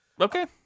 Okay